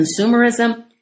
consumerism